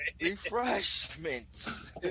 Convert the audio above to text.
refreshments